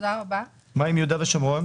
מה עם יהודה ושומרון?